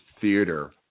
theater